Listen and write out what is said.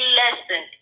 lesson